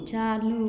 चालू